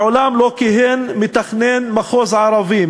מעולם לא כיהן מתכנן מחוז ערבי.